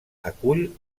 acull